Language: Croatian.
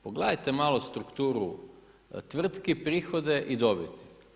Pogledajte malo strukturu tvrtki, prohode i dobit.